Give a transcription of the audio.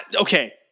Okay